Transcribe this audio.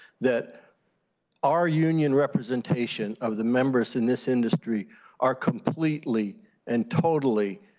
that our union representation of the members in this industry are completely and totally